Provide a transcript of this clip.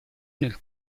nel